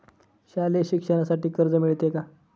शालेय शिक्षणासाठी कर्ज मिळते का?